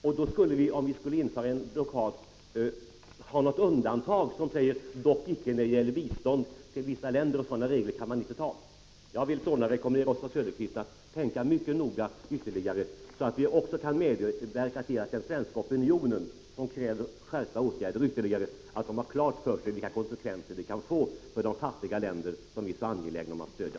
Om vi skulle införa en blockad skulle vi behöva ha ett undantag som säger: ”dock icke när det gäller bistånd till vissa länder”. Sådana regler kan man inte ha. Jag vill sålunda rekommendera Oswald Söderqvist att tänka mycket noga och medverka till att den svenska opinion som kräver ytterligare skärpta åtgärder får klart för sig vilka konsekvenser sådana kan få för de fattiga länder som vi är så angelägna om att stödja.